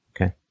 okay